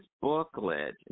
booklet